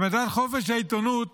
במדד חופש העיתונות